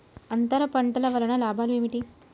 అంతర పంటల వలన లాభాలు ఏమిటి?